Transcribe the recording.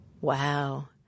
Wow